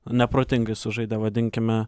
neprotingai sužaidė vadinkime